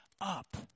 up